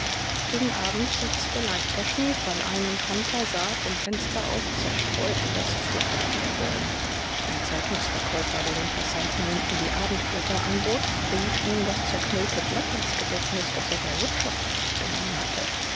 gegen abend setzte leichter schneefall ein und hunter sah vom fenster aus zerstreut in das flockenwirbeln ein zeitungsverkäufer der den passanten unten die abendblätter anbot rief ihm das zerknüllte blatt ins gedächtnis das er bei wutschow an sich genommen hatte